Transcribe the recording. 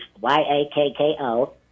Y-A-K-K-O